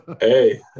hey